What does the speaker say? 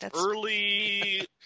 early